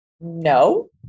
No